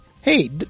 hey